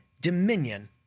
dominion